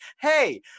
Hey